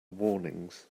warnings